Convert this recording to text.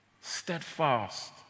Steadfast